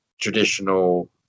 traditional